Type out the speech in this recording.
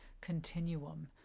continuum